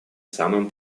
самым